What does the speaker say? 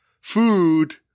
food